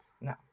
No